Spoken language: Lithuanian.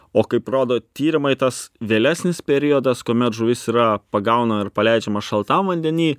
o kaip rodo tyrimai tas vėlesnis periodas kuomet žuvys yra pagauna ir paleidžiama šaltam vandeny